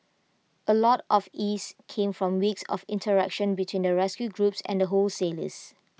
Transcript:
A lot of ease came from weeks of interaction between the rescue groups and wholesalers